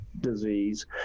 disease